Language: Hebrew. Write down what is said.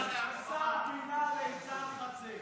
ליצן חצר